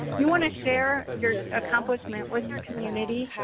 you want to share your accomplishment with your community.